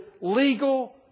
legal